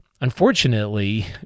Unfortunately